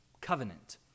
covenant